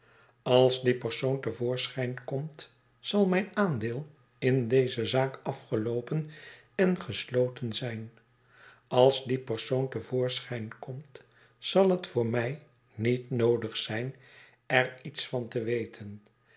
als die persoon te voorschijn komt zal mijn aandeel in deze zaak afgeloopen en gesloten zijn als die persoon te voorschijn komt zal het voor mij niet noodig zijn er iets van te weten